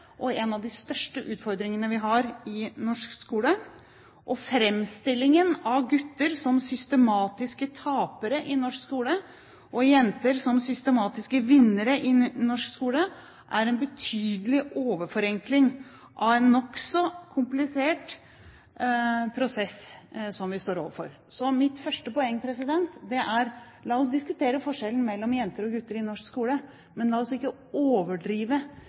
og er en av de største utfordringene vi har i norsk skole. Og framstillingen av gutter som systematiske tapere i norsk skole og jenter som systematiske vinnere i norsk skole er en betydelig overforenkling av en nokså komplisert prosess som vi står overfor. Så mitt første poeng er: La oss diskutere forskjellen mellom jenter og gutter i norsk skole, men la oss ikke overdrive